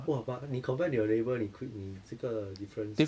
!wah! but 你 confirm 你有 label 你 quit 你这个 difference